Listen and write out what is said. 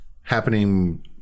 happening